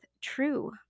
true